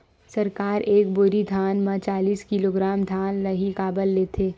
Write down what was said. सरकार एक बोरी धान म चालीस किलोग्राम धान ल ही काबर लेथे?